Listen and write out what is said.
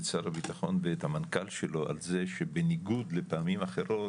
את שר הבטחון ואת המנכ"ל שלו על זה שבניגוד לפעמים אחרות